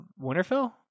Winterfell